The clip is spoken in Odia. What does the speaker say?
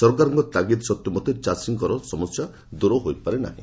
ସରକାରଙ୍କ ତାଗିଦ ସତ୍ତେ ମଧ୍ୟ ଚାଷୀମାନଙ୍କର ସମସ୍ୟା ଦୂର ହୋଇପାରିନାହି